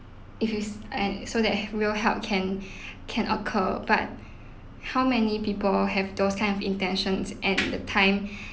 if it's and so that real help can can occur but how many people have those kind of intentions and the time